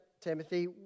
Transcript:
Timothy